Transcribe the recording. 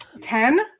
Ten